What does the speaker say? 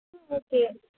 okay